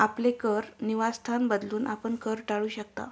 आपले कर निवासस्थान बदलून, आपण कर टाळू शकता